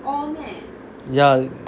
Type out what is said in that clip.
ya